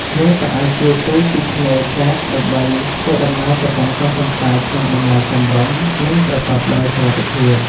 យើងក៏អាចជួលទូកពីឆ្នេរកែបដើម្បីធ្វើដំណើរទៅកាន់កោះទន្សាយក្នុងតម្លៃសមរម្យ និងប្រកបដោយសុវត្ថិភាព។